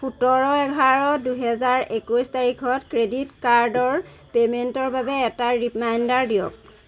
সোতৰ এঘাৰ দুহেজাৰ একৈছ তাৰিখত ক্ৰেডিট কাৰ্ডৰ পে'মেণ্টৰ বাবে এটা ৰিমাইণ্ডাৰ দিয়ক